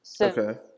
Okay